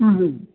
ꯎꯝ